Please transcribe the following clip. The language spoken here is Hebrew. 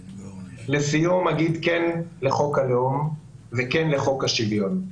לסיום, אגיד כן לחוק הלאום וכן לחוק השוויון.